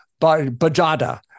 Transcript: Bajada